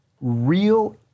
real